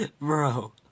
Bro